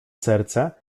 serce